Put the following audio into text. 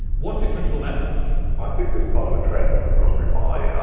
what difference will that make? i think it is part of a trend with raspberry pi. yeah